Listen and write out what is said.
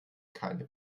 keine